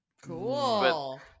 Cool